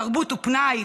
תרבות ופנאי,